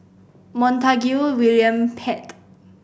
Montague William Pett